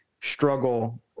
struggle